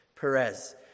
Perez